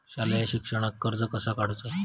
शालेय शिक्षणाक कर्ज कसा काढूचा?